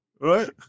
Right